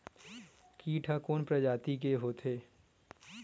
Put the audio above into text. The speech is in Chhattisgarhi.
कीट ह कोन प्रजाति के होथे?